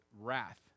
wrath